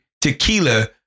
Tequila